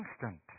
constant